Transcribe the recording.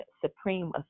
supreme